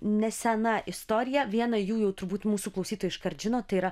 nesena istorija vieną jų jau turbūt mūsų klausytojai iškart žino tai yra